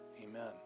Amen